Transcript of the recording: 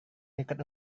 dekat